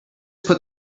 put